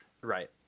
Right